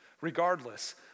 Regardless